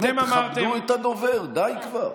באמת, תכבדו את הדובר, די כבר.